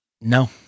No